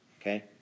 okay